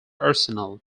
arsenal